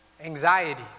Anxiety